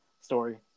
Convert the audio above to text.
story